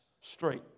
straight